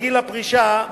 בגיל הפרישה,